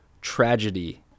tragedy